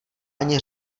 ani